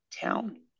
town